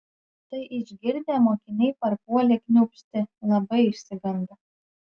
tai išgirdę mokiniai parpuolė kniūpsti labai išsigando